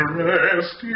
rest